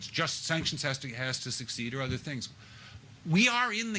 it's just sanctions has to has to succeed or other things we are in